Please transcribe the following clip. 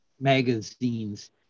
magazines